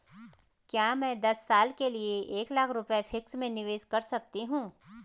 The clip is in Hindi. क्या मैं दस साल के लिए एक लाख रुपये फिक्स में निवेश कर सकती हूँ?